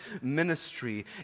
ministry